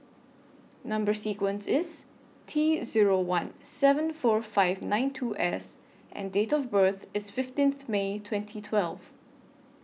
Number sequence IS T Zero one seven four five nine two S and Date of birth IS fifteenth May twenty twelve